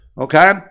okay